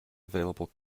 available